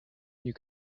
you